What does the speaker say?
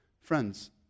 Friends